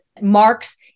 marks